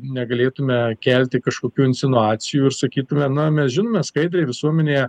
negalėtume kelti kažkokių insinuacijų ir sakytume na mes žinome skaidriai visuomenėje